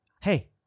Hey